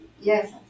Yes